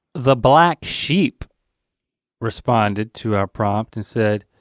the black sheep responded to our prompt and said,